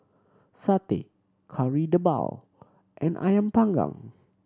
satay Kari Debal and Ayam Panggang